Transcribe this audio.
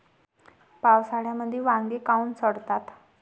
पावसाळ्यामंदी वांगे काऊन सडतात?